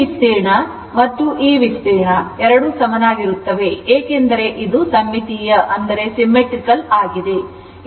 ಈ ವಿಸ್ತೀರ್ಣ ಮತ್ತು ಈ ವಿಸ್ತೀರ್ಣ ಎರಡೂ ಸಮನಾಗಿರುತ್ತವೆ ಏಕೆಂದರೆ ಇದು ಸಮ್ಮಿತೀಯವಾಗಿದೆ